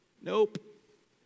Nope